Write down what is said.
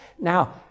Now